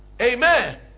Amen